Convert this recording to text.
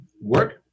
work